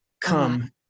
come